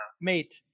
mate